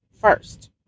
first